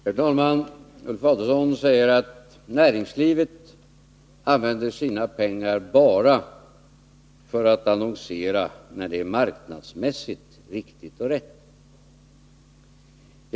Herr talman! Ulf Adelsohn säger att näringslivet använder sina pengar bara för att annonsera när så är marknadsmässigt riktigt och befogat.